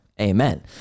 Amen